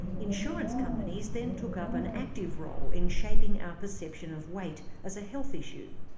insurance companies then took up an active role in shaping our perception of weight as a health issue.